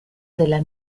della